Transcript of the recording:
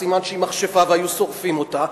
סימן שהיא מכשפה והיו שורפים אותה,